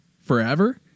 forever